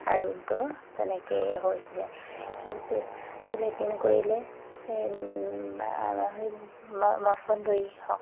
আৰোগ্য তেনেকৈ হৈছিলে কিন্তু লেট্ৰিন কৰিলে এই বা সেই মছন্দৰী হওক